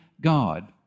God